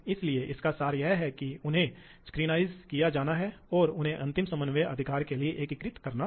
विशेष रूप से यह भी सतह खत्म जैसी अन्य चीजों पर निर्भर करता है